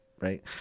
right